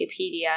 Wikipedia